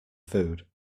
food